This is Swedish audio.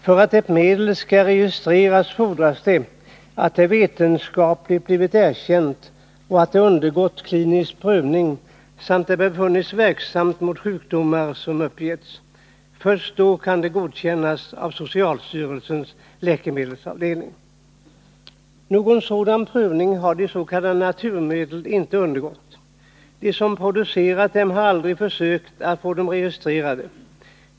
För att ett medel skall registreras fordras att det vetenskapligt blivit erkänt, att det undergått klinisk prövning samt att det befunnits verksamt mot de sjukdomar som uppgetts. Först då kan det godkännas av socialstyrelsens läkemedelsavdelning. Någon sådan prövning har de s.k. naturmedlen inte undergått. De som producerat dem har aldrig försökt att få dem registrerade.